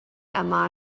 yma